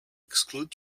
exclude